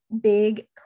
big